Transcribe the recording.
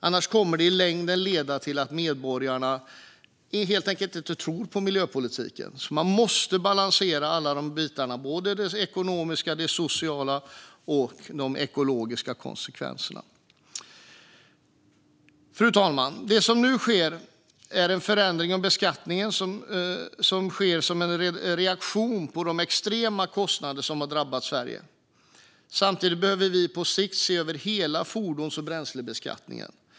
Annars kommer det i längden att leda till att medborgarna helt enkelt inte tror på den. Man måste balansera alla delarna - det ekonomiska, det sociala och de ekologiska konsekvenserna. Fru talman! Det som nu sker är en förändring av beskattningen som en reaktion på de extrema kostnader som har drabbat Sverige. Samtidigt behöver vi på sikt se över hela fordons och bränslebeskattningen.